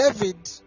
David